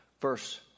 verse